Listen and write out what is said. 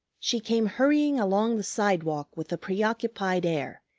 she came hurrying along the sidewalk with a preoccupied air,